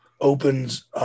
opens